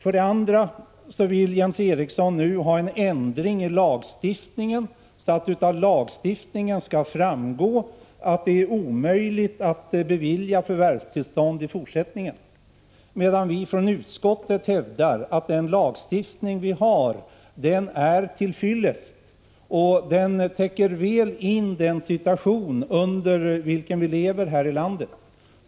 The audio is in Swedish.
Vidare vill Jens Eriksson nu ha en ändring i lagstiftningen, så att det i fortsättningen av lagstiftningen skall framgå att det är omöjligt att bevilja förvärvstillstånd. Vi från utskottet hävdar att den lagstiftning vi har är till fyllest och väl täcker den situation i vilken vi lever här i landet.